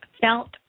felt